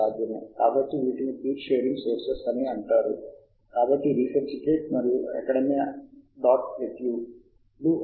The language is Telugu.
చాలా తరచుగా మెల్ట్ స్పిన్నింగ్ను రాపిడ్ సాలిడిఫికేషన్ అని కూడా అంటారు ఎందుకంటే మెల్ట్ స్పిన్నింగ్ జరిగే సమయంలో రాపిడ్ సాలిడిఫికేషన్ కూడా జరుగుతుంది